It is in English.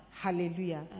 Hallelujah